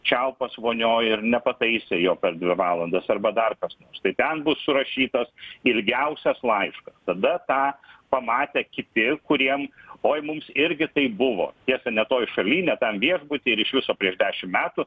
čiaupas vonioj ir nepataisė jo per dvi valandas arba dar kas štai ten bus surašytas ilgiausias laiškas tada tą pamatę kiti kuriem oj mums irgi taip buvo tiesa ne toj šaly ne tam viešbuty ir iš viso prieš dešim metų